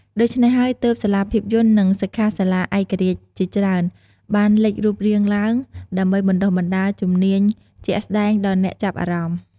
ដូច្នេះហើយទើប សាលាភាពយន្ត និងសិក្ខាសាលាឯករាជ្យជាច្រើនបានលេចរូបរាងឡើង ដើម្បីបណ្ដុះបណ្ដាលជំនាញជាក់ស្ដែងដល់អ្នកចាប់អារម្មណ៍។